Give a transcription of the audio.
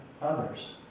others